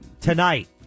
tonight